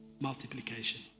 multiplication